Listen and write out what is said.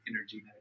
energy